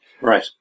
Right